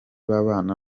babana